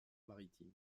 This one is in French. maritime